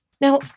Now